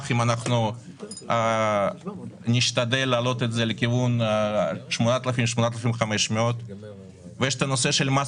אם אנחנו נשתדל להעלות את זה לכיוון ה-8,000-8,500 ויש את הנושא של מס